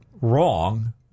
wrong